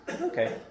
Okay